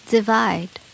Divide